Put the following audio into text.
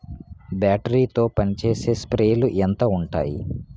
Battery తో పనిచేసే స్ప్రేలు ఎంత ఉంటాయి?